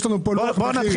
יש לנו פה לוח מחירים.